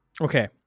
okay